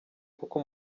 kuko